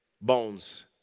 bones